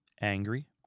Angry